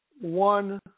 One